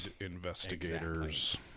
investigators